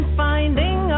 finding